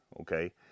okay